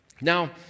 Now